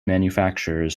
manufacturers